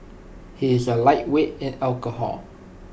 he is A lightweight in alcohol